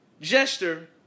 gesture